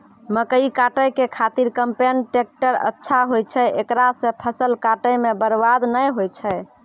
मकई काटै के खातिर कम्पेन टेकटर अच्छा होय छै ऐकरा से फसल काटै मे बरवाद नैय होय छै?